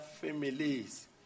families